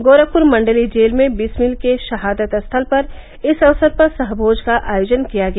गोरखपुर मण्डलीय जेल में बिस्मिल के षहादत स्थल पर इस अवसर पर सहभोज का आयोजन किया गया